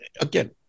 again